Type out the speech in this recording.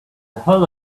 hull